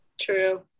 True